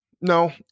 No